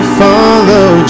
follow